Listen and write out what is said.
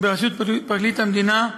בראשות פרקליט המדינה,